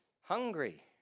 Hungry